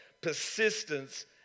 persistence